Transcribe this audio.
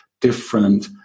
different